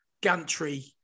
gantry